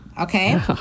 Okay